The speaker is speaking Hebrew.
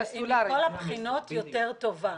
מכל הבחינות היא יותר טובה,